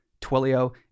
Twilio